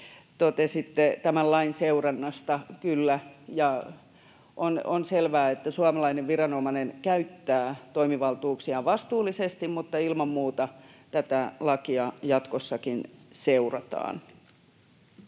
totesitte tämän lain seurannasta. Kyllä, ja on selvää, että suomalainen viranomainen käyttää toimivaltuuksiaan vastuullisesti, mutta ilman muuta tätä lakia jatkossakin seurataan.